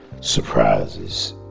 surprises